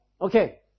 Okay